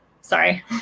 Sorry